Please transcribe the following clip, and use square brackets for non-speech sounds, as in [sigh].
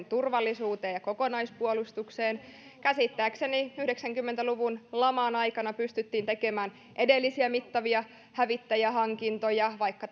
[unintelligible] turvallisuuteen ja kokonaispuolustukseen käsittääkseni yhdeksänkymmentä luvun laman aikana pystyttiin tekemään edellisiä mittavia hävittäjähankintoja vaikka [unintelligible]